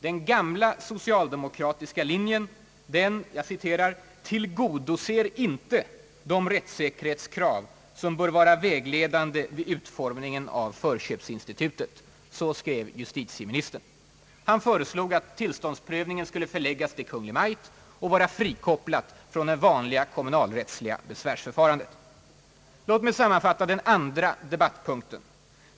Den gamla social demokratiska linjen »tillgodoser inte de rättssäkerhetskrav: som ——— bör vara vägledande vid utformningen av förköpsinstitutet», skrev justitieministern. Han föreslog också att tillståndsprövningen skulle förläggas till Kungl. Maj:t och vara frikopplad från det vanliga kommunalrättsliga besvärsförfarandet. | Låt mig sammanfatta den andra debattpunkten.